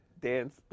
dance